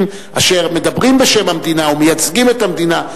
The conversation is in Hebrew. אשר מדברים בשם המדינה ומייצגים את המדינה.